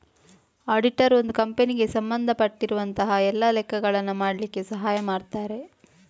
auditor ಒಂದು ಕಂಪನಿಗೆ ಸಂಬಂಧ ಪಟ್ಟಿರುವಂತಹ ಎಲ್ಲ ಲೆಕ್ಕಗಳನ್ನ ಮಾಡ್ಲಿಕ್ಕೆ ಸಹಾಯ ಮಾಡ್ತಾರೆ